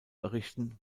errichten